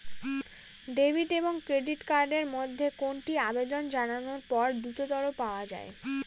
Debit এবং credit card এর মধ্যে কোনটি আবেদন জানানোর পর দ্রুততর পাওয়া য়ায়?